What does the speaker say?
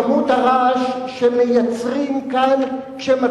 אי-אפשר בכלל לסבול את כמות הרעש שמייצרים כאן כשמתחיל